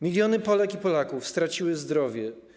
Miliony Polek i Polaków straciły zdrowie.